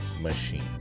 Machine